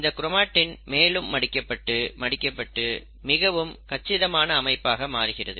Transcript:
இந்த க்ரோமாட்டின் மேலும் மடிக்கப்பட்டு மடிக்கப்பட்டு மிகவும் கச்சிதமான அமைப்பாக மாறுகிறது